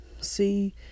see